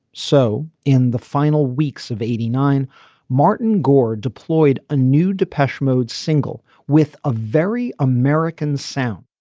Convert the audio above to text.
so in the final weeks of eighty nine martin gore deployed a new depeche mode single with a very american sound.